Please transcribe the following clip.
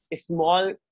small